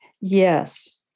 Yes